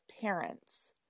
parents